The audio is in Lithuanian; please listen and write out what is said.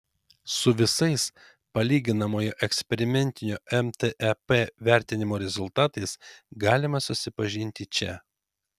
su visais palyginamojo ekspertinio mtep vertinimo rezultatais galima susipažinti čia